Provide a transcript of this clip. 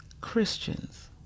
Christians